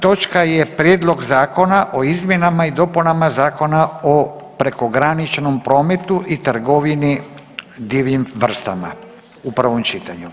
Točka je Prijedlog Zakona o izmjenama i dopunama Zakona o prekograničnom prometu i trgovini divljim vrstama u prvom čitanju.